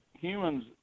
humans